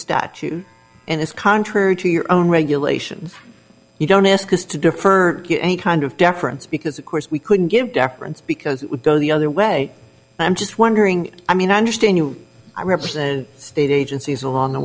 statute and it's contrary to your own regulations you don't ask us to defer any kind of deference because of course we couldn't give deference because it would go the other way i'm just wondering i mean i understand you i represent a state agencies along the